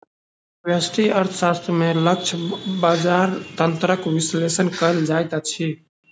व्यष्टि अर्थशास्त्र में लक्ष्य बजार तंत्रक विश्लेषण कयल जाइत अछि